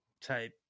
type